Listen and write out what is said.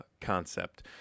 concept